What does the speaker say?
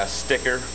sticker